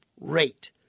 rate